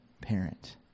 parent